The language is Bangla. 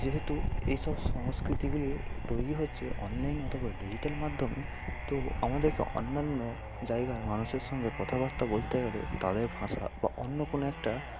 যেহেতু এসব সংস্কৃতিগুলি তৈরি হচ্ছে অনলাইন অথবা ডিজিটাল মাধ্যমে তো আমাদেরকে অন্যান্য জায়গার মানুষের সঙ্গে কথাবার্তা বলতে গেলে তাদের ভাষা বা অন্য কোনো একটা